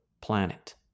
planet